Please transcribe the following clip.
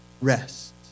rest